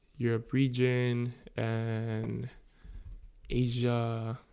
europe region and asia